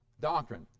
Doctrine